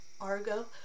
Argo